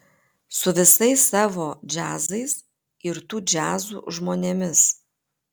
su visais savo džiazais ir tų džiazų žmonėmis